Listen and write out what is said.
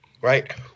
right